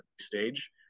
stage